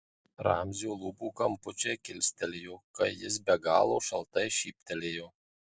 ramzio lūpų kampučiai kilstelėjo kai jis be galo šaltai šyptelėjo